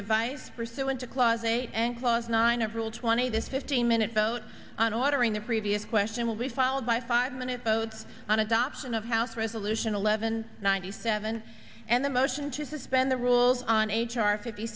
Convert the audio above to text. device pursuant to clause eight and was nine of rule twenty this fifteen minute vote on ordering the previous question will be followed by five minute votes on adoption of house resolution eleven ninety seven and the motion to suspend the rules on h r fifty